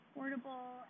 portable